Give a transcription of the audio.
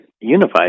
unified